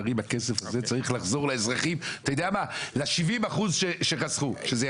אמרתי לה: תעשו סבסוד לצלחות במבוק סבסוד צולב.